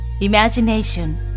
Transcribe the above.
imagination